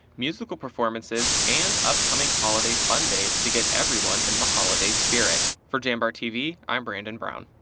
musical performances, and upcoming holiday fun days to get everyone in the holiday spirit. for jambar tv, i'm brandon brown.